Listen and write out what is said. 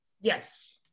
Yes